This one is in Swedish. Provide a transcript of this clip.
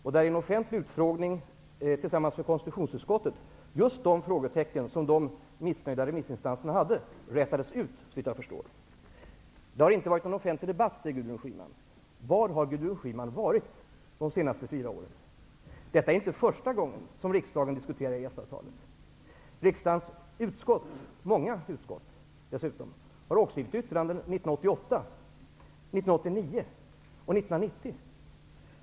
Vid en offentlig utfrågning, som anordnades tillsammans med konstitutionsutskottet, kunde de frågetecken som de missnöjda remissinstanserna satt upp rätas ut, såvitt jag förstår. Det har inte varit någon offentlig debatt, säger Gudrun Schyman. Var har Gudrun Schyman varit de senaste fyra åren? Detta är inte första gången som riksdagen diskuterar EES-avtalet. Riksdagens utskott -- många utskott dessutom -- har avgivit yttranden 1988, 1989 och 1990.